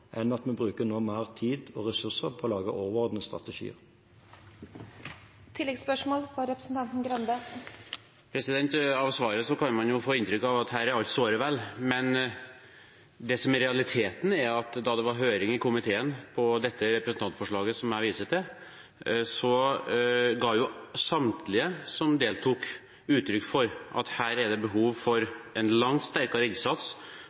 enn at vi nå bruker mer tid og ressurser på å lage overordnede strategier. Av svaret kan man jo få inntrykk av at her er alt såre vel. Men det som er realiteten, er at da det var høring i komiteen om dette representantforslaget som jeg viser til, ga samtlige som deltok, uttrykk for at her er det behov for en langt sterkere